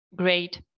Great